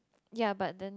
ya but then you